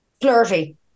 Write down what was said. flirty